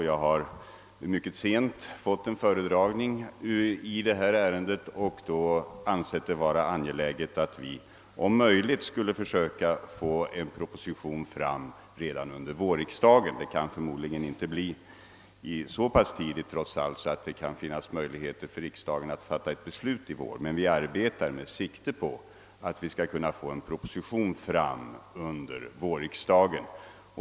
Jag har mycket sent fått en föredragning i ärendet och då betraktat det som angeläget att vi försöker framlägga en proposition redan under vårriksdagen. Det kan förmodligen inte ske så tidigt att det blir möjligt för riksdagen att fatta beslut i vår, men vi arbetar som sagt med sikte på att framlägga propositionen i vår.